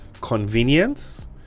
convenience